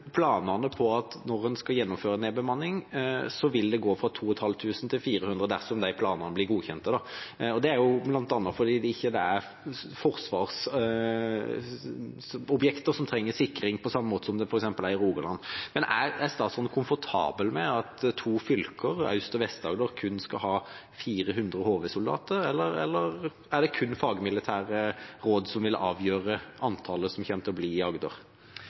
Planene er at når en i Agder – som nå dessverre ikke lenger er et eget heimevernsdistrikt, men sammen med Rogaland – skal gjennomføre nedbemanning, vil det, dersom de planene blir godkjent, gå fra 2 500 til 400, bl.a. fordi det ikke er forsvarsobjekter som trenger sikring på samme måte som i Rogaland. Er statsråden komfortabel med at to fylker, Aust- og Vest-Agder, kun skal ha 400 HV-soldater? Eller er det kun fagmilitære råd som vil avgjøre antallet som kommer til å bli i Agder?